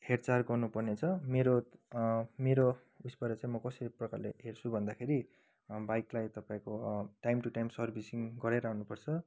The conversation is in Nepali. हेरचार गर्नुपर्ने छ मेरो मेरो उयेसबाट चाहिँ म कसरी प्रकारले हेर्छु भन्दाखेरि बाइकलाई तपाईँको टाइम टु टाइम सर्विसिङ गराइरहनु पर्छ